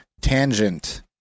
tangent